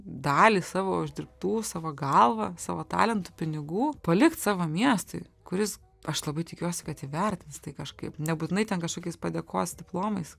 dalį savo uždirbtų savo galva savo talentu pinigų palikt savo miestui kuris aš labai tikiuosi kad įvertins tai kažkaip nebūtinai ten kažkokiais padėkos diplomais